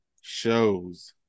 shows